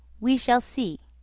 we shall see.